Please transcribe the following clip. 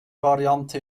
variante